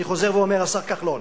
אני חוזר ואומר, השר כחלון: